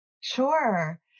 Sure